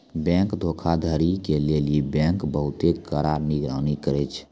bank धोखाधड़ी के लेली बैंक बहुते कड़ा निगरानी करै छै